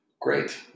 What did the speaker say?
Great